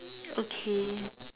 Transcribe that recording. okay